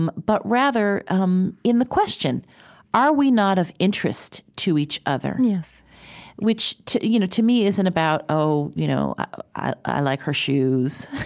um but rather um in the question are we not of interest to each other? yes which to you know to me isn't about, oh, you know i like her shoes,